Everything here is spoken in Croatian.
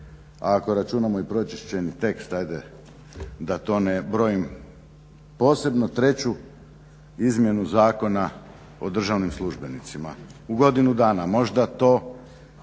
ako računamo i pročišćeni tekst ajde da to ne brojim, posebno treću izmjenu Zakona o državnim službenicima u godinu dana. Možda to